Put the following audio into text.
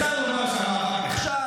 אפשר לומר שהשר נכשל.